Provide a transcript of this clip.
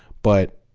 but